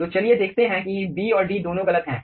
तो चलिए देखते हैं कि b और d दोनों गलत हैं